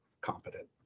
competent